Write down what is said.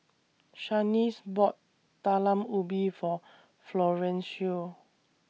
Shaniece bought Talam Ubi For Florencio